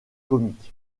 comics